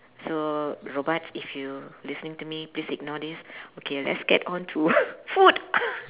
so robot if you listening to me please ignore this okay let's get on to food